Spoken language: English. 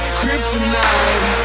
kryptonite